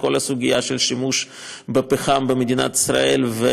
בכל הסוגיה של שימוש בפחם במדינת ישראל.